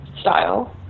style